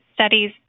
studies